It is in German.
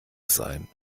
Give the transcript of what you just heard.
sein